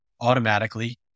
automatically